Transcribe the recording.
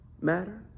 matter